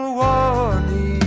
warning